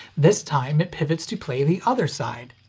this time it pivots to play the other side.